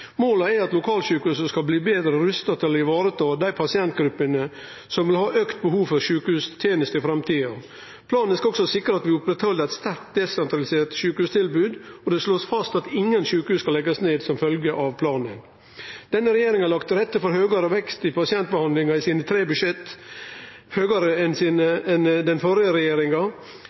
Målet er at lokalsjukehusa skal bli betre rusta til å vareta dei pasientgruppene som vil ha auka behov for sjukehustenester i framtida. Planen skal også sikre at vi opprettheld eit sterkt desentralisert sjukehustilbod, og det blir slått fast at ingen sjukehus skal leggjast ned som følgje av planen. Denne regjeringa har lagt til rette for høgare vekst i pasientbehandlinga i sine tre budsjett, høgare enn den førre regjeringa fekk vedtatt gjennom sine